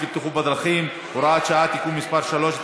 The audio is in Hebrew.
לבטיחות בדרכים (הוראת שעה) (תיקון מס' 3),